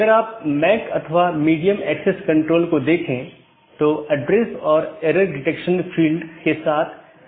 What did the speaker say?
अब एक नया अपडेट है तो इसे एक नया रास्ता खोजना होगा और इसे दूसरों को विज्ञापित करना होगा